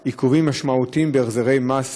כמי שמגיע בעצמו מהעולם המשפטי,